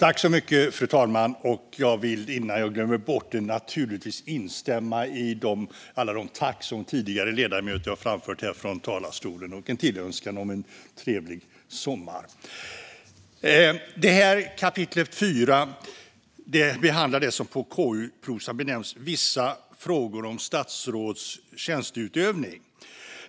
Fru talman! Innan jag glömmer bort det vill jag naturligtvis instämma i alla de tack som tidigare ledamöter har framfört här från talarstolen och tillönska en trevlig sommar. Kapitel 4 behandlar det som på KU-prosa benämns vissa frågor om statsråds tjänsteutövning.